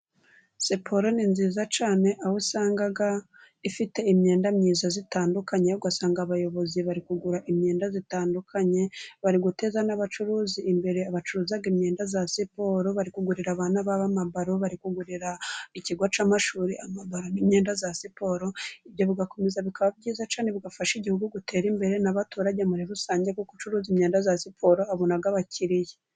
Siporo ni nziza cyane, aho usanga ifite imyenda myiza itandukanye, usanga abayobozi bari kugura imyenda itandukanye, bari guteza n'abacuruzi imbere, bacuruza imyenda ya siporo, barikugurira abana babo ama baro, bari kugurira ikigo cy'amashuri ama baro n'imyenda ya siporo, ibyo bigakomeza bikaba byiza cyane, bigafasha igihugu gutera imbere n'abaturage muri rusange, kuko ucuruza imyenda ya siporo abona abakiriya.